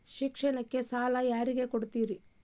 ಶಿಕ್ಷಣಕ್ಕ ಸಾಲ ಯಾರಿಗೆ ಕೊಡ್ತೇರಿ?